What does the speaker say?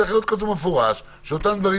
צריך להיות כתוב במפורש שאותם דברים